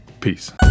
Peace